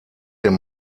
dem